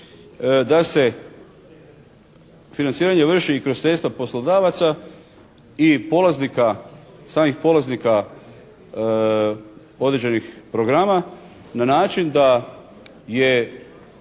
da se financiranje vrši i kroz sredstva poslodavaca i samih polaznika određenih programa. Na način da je